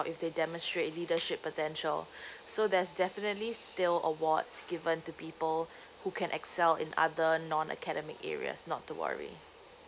if they demonstrate a leadership potential so there's definitely still awards given to people who can excel in other non academic areas not to worry